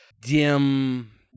dim